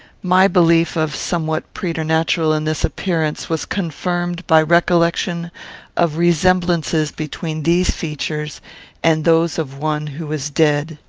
my belief of somewhat preternatural in this appearance was confirmed by recollection of resemblances between these features and those of one who was dead.